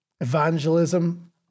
evangelism